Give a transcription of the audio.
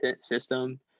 system